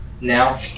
Now